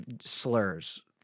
slurs